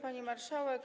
Pani Marszałek!